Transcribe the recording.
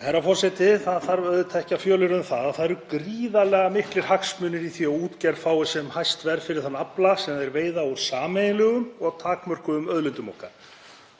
Herra forseti. Það þarf auðvitað ekki að fjölyrða um að það eru gríðarlega miklir hagsmunir í því að útgerð fái sem hæst verð fyrir þann afla sem hún veiðir úr sameiginlegum og takmörkuðum auðlindum okkar.